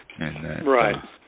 Right